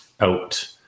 out